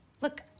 Look